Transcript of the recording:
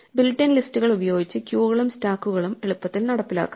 built in ലിസ്റ്റുകൾ ഉപയോഗിച്ച് ക്യൂകളും സ്റ്റാക്കുകളും എളുപ്പത്തിൽ നടപ്പിലാക്കാം